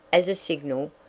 as a signal,